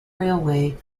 railway